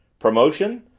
promotion?